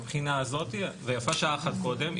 מהבחינה הזאתי ויפה שעה אחת קודם,